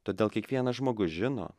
todėl kiekvienas žmogus žino